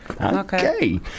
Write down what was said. Okay